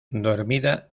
dormida